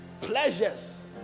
Pleasures